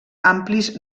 amplis